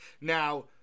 Now